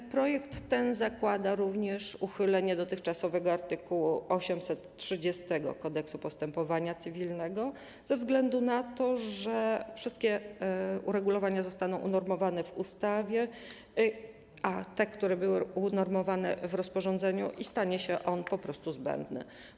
Ten projekt zakłada również uchylenie dotychczasowego art. 830 Kodeksu postępowania cywilnego ze względu na to, że wszystkie uregulowania zostaną unormowane w ustawie - te, które były unormowane w rozporządzeniu - i stanie się on po prostu zbędny.